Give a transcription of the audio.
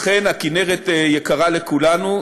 אכן, הכינרת יקרה לכולנו.